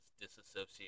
disassociate